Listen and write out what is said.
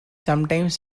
sometimes